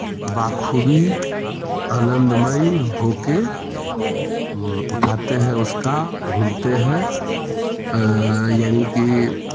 बख़ूबी आनंदमई हो के उठाते हैं उस का घूमते हैं यानी कि